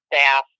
staff